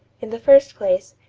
in the first place,